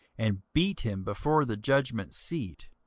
and beat him before the judgment seat.